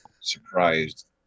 surprised